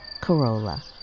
corolla